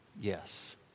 Yes